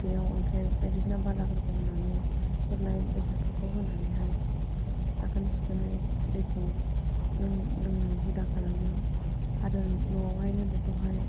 बेयाव अन्थाइ बायदिसिना बालाफोरखौ होनानै सरनाय बेसादफोरखौ होनानैहाय साखोन सिखोनै दैखौ लों लोंनाय हुदा खालामो आरो न'आवहायनो बेखौहाय